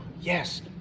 yes